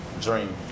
dream